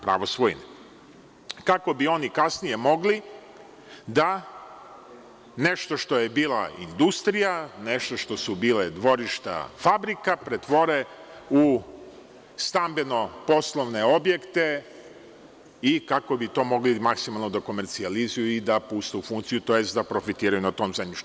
Pravo svojine, kako bi oni kasnije mogli da nešto što je bila industrija, nešto što su bila dvorišta fabrika, pretvore u stambeno-poslovne objekte i kako bi to mogli maksimalno da komercijalizuju i da puste u funkciju, tj. da profitiraju na tom zemljištu.